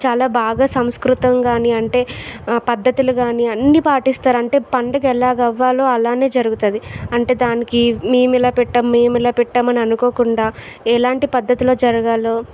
చాలా బాగా సంస్కృతంకానీ అంటే ఆ పద్ధతులు కానీ అన్ని పాటిస్తారు అంటే పండుగ ఎలాగా అవ్వాలో అలానే జరుగుతుంది అంటే దానికి మీము ఇలా పెట్టాం మీము ఇలా పెట్టామని అనుకోకుండా ఎలాంటి పద్ధతిలో జరగాలో